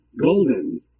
Golden